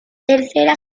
tercera